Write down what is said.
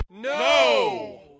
no